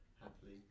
happily